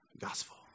gospel